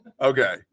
Okay